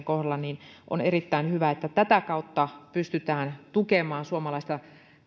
kohdalla on erittäin hyvä että tätä kautta pystytään tukemaan suomalaista